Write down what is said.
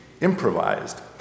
improvised